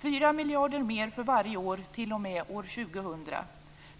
4 miljarder mer för varje år t.o.m. år 2000.